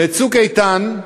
ב"צוק איתן",